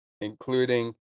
including